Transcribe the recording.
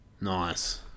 Nice